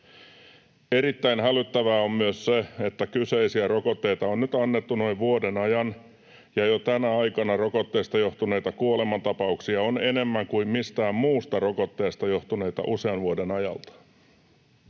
Erittäin hälyttävää on myös se, että kyseisiä rokotteita on nyt annettu noin vuoden ajan, ja jo tänä aikana rokotteesta johtuneita kuolemantapauksia on enemmän kuin mistään muusta rokotteesta johtuneita usean vuoden ajalta.